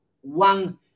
one